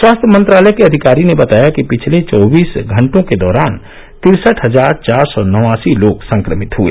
स्वास्थ्य मंत्रालय के अधिकारी ने बताया कि पिछले चौबीस घंटों के दौरान तिरसठ हजार चार सौ नवासी लोग संक्रमित हए